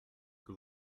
que